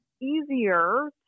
easier